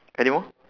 anymore